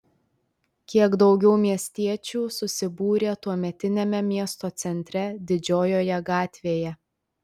kiek daugiau miestiečių susibūrė tuometiniame miesto centre didžiojoje gatvėje